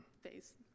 face